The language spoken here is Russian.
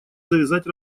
завязать